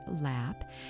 lap